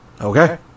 Okay